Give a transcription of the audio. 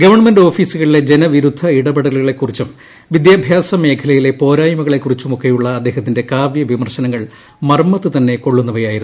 government ഓഫീസുകളിലെ ജനവിരുദ്ധ ഇടപെടലുകളെക്കുറിച്ചും വിദ്യാഭ്യാസ മേഖലയിലെ പോരായ്മകളെക്കുറിച്ചുമൊക്കെയുള്ള അദ്ദേഹത്തിന്റെ കാവ്യ വിമർശനങ്ങൾ മർമ്മത്ത് തന്നെ കൊള്ളുന്നവയായിരുന്നു